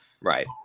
Right